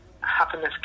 happiness